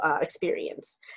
experience